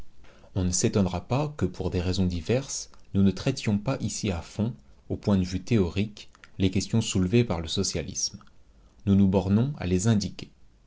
on ne s'étonnera pas que pour des raisons diverses nous ne traitions pas ici à fond au point de vue théorique les questions soulevées par le socialisme nous nous bornons à les indiquer